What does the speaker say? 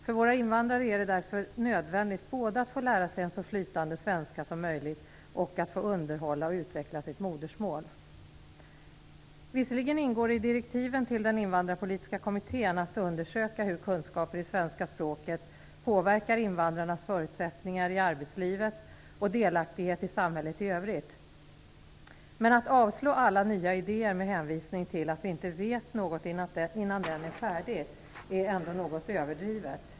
För våra invandrare är det därför nödvändigt både att få lära sig så bra svenska som möjligt och att få underhålla och utveckla sitt modersmål. Visserligen ingår i direktiven till Invandrarpolitiska kommittén att undersöka hur kunskaper i svenska språket påverkar invandrarnas förutsättningar i arbetslivet och delaktighet i samhället i övrigt, men att avslå alla nya idéer med hänvisning till att vi inte vet någonting innan den är färdig är ändå något överdrivet.